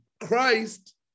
Christ